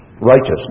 righteousness